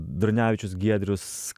dranevičius giedrius